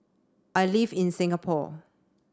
I live in Singapore